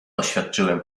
oświadczyłem